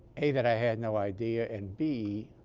a that i had no idea and b